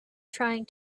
trying